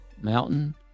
Mountain